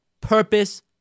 purpose